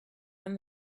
and